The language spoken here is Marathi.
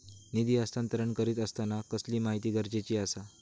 निधी हस्तांतरण करीत आसताना कसली माहिती गरजेची आसा?